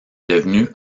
devenue